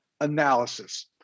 analysis